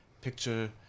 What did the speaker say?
picture